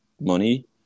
money